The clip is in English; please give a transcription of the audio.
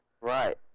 Right